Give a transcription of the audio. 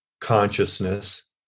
consciousness